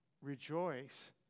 Rejoice